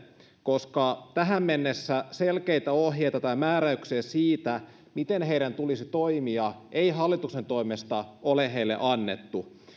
koska tähän mennessä selkeitä ohjeita tai määräyksiä siitä miten heidän tulisi toimia ei hallituksen toimesta ole heille annettu